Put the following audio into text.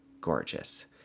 Gorgeous